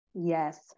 yes